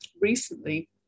recently